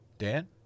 Dan